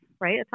right